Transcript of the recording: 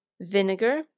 vinegar